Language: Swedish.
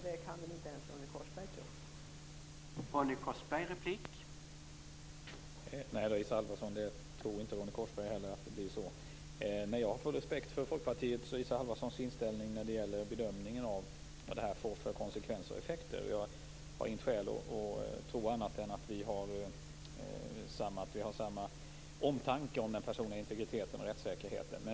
Det kan väl inte ens Ronny Korsberg tro.